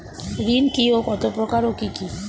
ঋণ কি ও কত প্রকার ও কি কি?